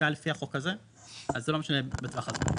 השקעה לפי החוק הזה אז זה לא משנה בטווח הזמנים.